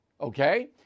Okay